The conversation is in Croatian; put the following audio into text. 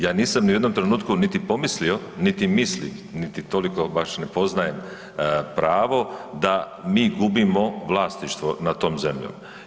Ja nisam ni u jednom trenutku niti pomislio niti mislim niti toliko baš ne poznajem pravo da mi gubimo vlasništvo nad tom zemljom.